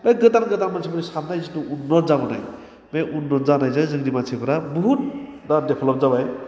है गोदान गोदान मानसिफोरनि सान्नाय जिथु उन्नद जाबोनाय बे उन्नद जानायजों जोंनि मानसिफ्रा बहुथ दा डेभेल्भ जाबाय